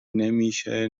نمیشه